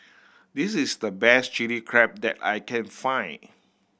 this is the best Chilli Crab that I can find